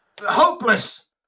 Hopeless